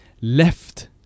left